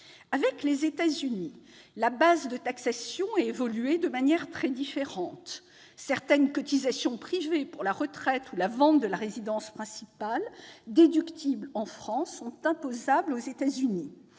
Avec les États-Unis, la base de taxation a évolué de manière très différente. Certaines cotisations privées pour la retraite ou la vente de la résidence principale, déductibles en France, sont imposables aux États-Unis.